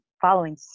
following